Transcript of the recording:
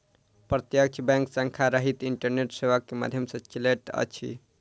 प्रत्यक्ष बैंक शाखा रहित इंटरनेट सेवा के माध्यम सॅ चलैत अछि